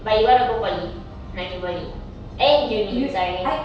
but you want to go poly nak pergi poly eh uni sorry